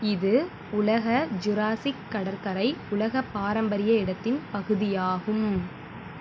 இது உலக ஜுராஸிக் கடற்கரை உலக பாரம்பரிய இடத்தின் பகுதியாகும்